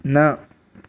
न